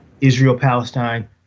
Israel-Palestine